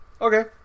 okay